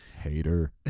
Hater